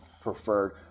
preferred